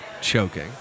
Choking